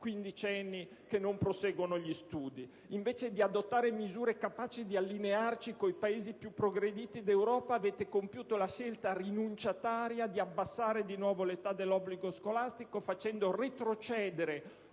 quindicenni che non proseguono gli studi. Invece di adottare misure capaci di allinearci con i Paesi più progrediti d'Europa, avete compiuto la scelta rinunciataria di abbassare di nuovo l'età dell'obbligo scolastico, facendo retrocedere